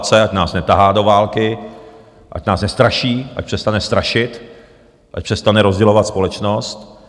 Ať nás netahá do války, ať nás nestraší, ať přestane strašit, ať přestane rozdělovat společnost.